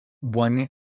one